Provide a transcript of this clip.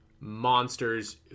monsters